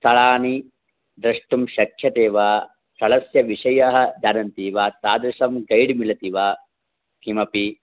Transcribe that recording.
स्थलानि द्रष्टुं शक्यते वा स्थलस्य विषयः जानन्ति वा तादृशं गैड् मिलति वा किमपि